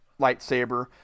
lightsaber